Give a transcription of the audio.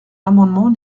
l’amendement